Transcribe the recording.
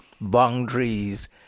boundaries